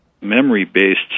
memory-based